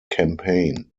campaign